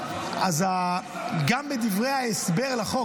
אז גם בדברי ההסבר לחוק,